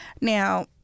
Now